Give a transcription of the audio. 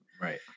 Right